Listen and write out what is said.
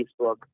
Facebook